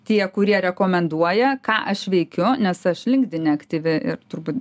tie kurie rekomenduoja ką aš veikiu nes aš linkdine aktyvi ir turbūt